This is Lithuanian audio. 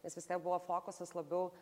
nes vis tiek buvo fokusas labiau